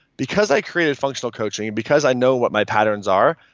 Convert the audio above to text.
because i created functional coaching and because i know what my patterns are,